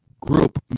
group